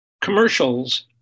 commercials